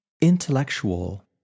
intellectual